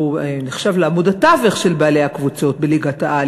שנחשב לעמוד התווך של בעלי הקבוצות בליגת-העל,